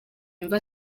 yumva